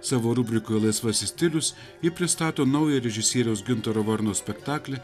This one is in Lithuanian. savo rubrikoje laisvasis stilius ji pristato naują režisieriaus gintaro varno spektaklį